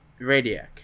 Radiac